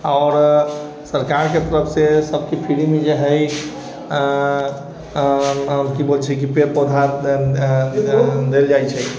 आओर सरकारके तरफसँ सभके फ्रीमे जे हय कि बोलै छै कि पेड़ पौधा देल जाइ छै